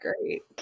great